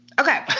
Okay